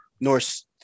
Norse